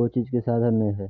कोइ चीजके साधन नहि हइ